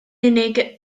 unig